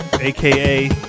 aka